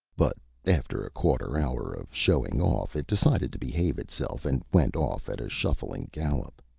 but after a quarter hour of showing off, it decided to behave itself and went off at a shuffling gallop.